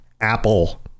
Apple